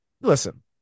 listen